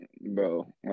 Bro